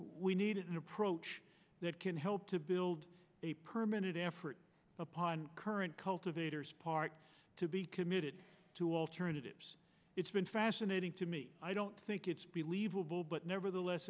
we need an approach that can help to build a permanent effort upon current cultivators part to be committed to alternatives it's been fascinating to me i don't think it's believe will but nevertheless